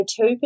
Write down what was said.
two